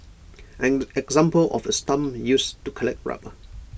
an example of A stump used to collect rubber